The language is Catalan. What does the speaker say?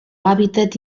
hàbitat